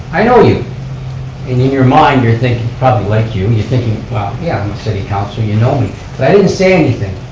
i know you, and in your mind you're thinking, probably like you, and you're thinking well yeah i'm with city council, you know me. but i didn't say anything.